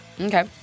Okay